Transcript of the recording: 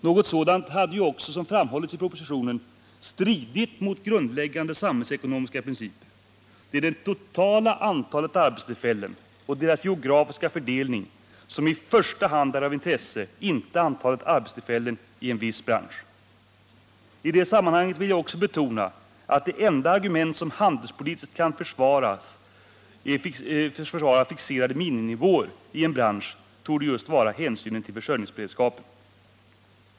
Ett sådant beslut hade ju också, som framhålls i propositionen, stridit mot grundläggande samhällsekonomiska principer. Det är det totala antalet arbetstillfällen och deras geografiska fördelning som i första hand är av intresse, inte antalet arbetstillfällen i en viss bransch. I detta sammanhang vill jag också betona att det enda argument som handelspolitiskt kan motivera och försvara fixerade miniminivåer i en bransch torde vara just hänsynen till försörjningsberedskapen.